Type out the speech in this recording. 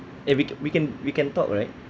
eh we can we can we can talk right